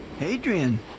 Adrian